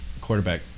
quarterback